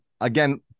Again